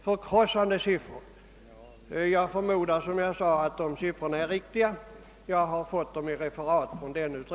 Detta är ju för domänverket förkrossande siffror.